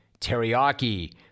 teriyaki